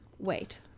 Wait